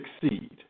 succeed